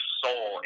soul